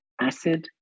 acid